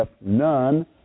none